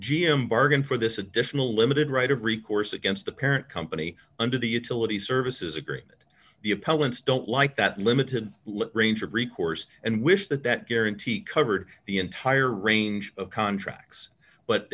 m bargained for this additional limited right of recourse against the parent company under the utility services agreement the appellant's don't like that limited range of recourse and wish that that guarantee covered the entire range of contracts but